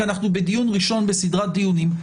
כי אנחנו בדיון ראשון בסדרת דיונים,